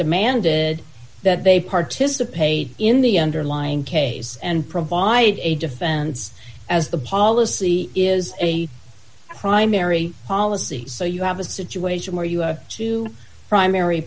demanded that they participate in the underlying case and provide a defense as the policy is a primary policy so you have a situation where you have two primary